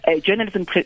journalism